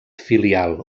filial